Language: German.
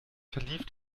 verlief